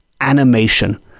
animation